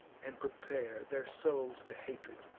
and prepare their souls to hatred,